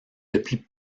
depuis